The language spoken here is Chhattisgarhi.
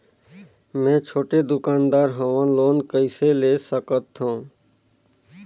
मे छोटे दुकानदार हवं लोन कइसे ले सकथव?